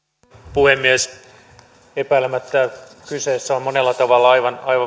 puhemies epäilemättä kyseessä on monella tavalla aivan aivan